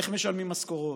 איך משלמים משכורות,